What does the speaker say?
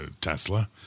Tesla